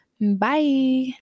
Bye